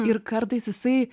ir kartais jisai